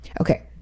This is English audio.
Okay